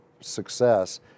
success